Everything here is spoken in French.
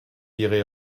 irez